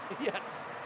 yes